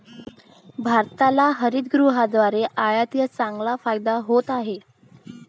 भारताला हरितगृहाद्वारे आयातीचा चांगला फायदा होत आहे